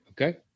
Okay